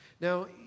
Now